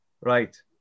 Right